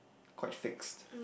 quite fixed